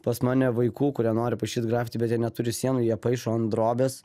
pas mane vaikų kurie nori paišyt grafiti bet jie neturi sienų jie paišo an drobės